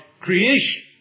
creation